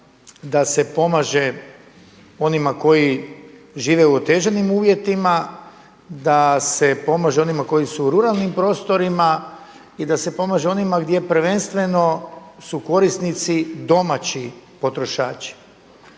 da se pomaže onima koji žive u otežanim uvjetima, da se pomaže onima koji su u ruralnim prostorima i da se pomaže onima gdje prvenstveno su korisnici domaći potrošači.